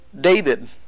David